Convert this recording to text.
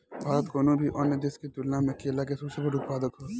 भारत कउनों भी अन्य देश के तुलना में केला के सबसे बड़ उत्पादक ह